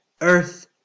earth